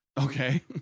Okay